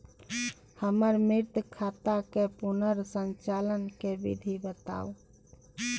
हमर मृत खाता के पुनर संचालन के विधी बताउ?